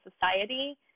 society